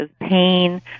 pain